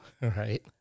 right